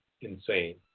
insane